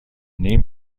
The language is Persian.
نیم